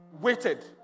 waited